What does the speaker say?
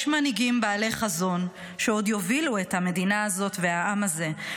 יש מנהיגים בעלי חזון שעוד יובילו את המדינה הזאת והעם הזה,